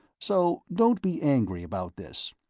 so don't be angry about this.